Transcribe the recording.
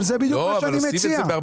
זה בדיוק מה שאני מציע.